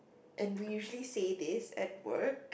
and we usually say this at work